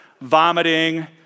vomiting